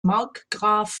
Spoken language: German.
markgraf